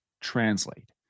translate